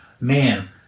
man